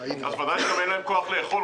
אז בוודאי שגם אין להם כוח לאכול,